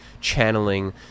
channeling